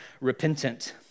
repentant